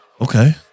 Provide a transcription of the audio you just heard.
Okay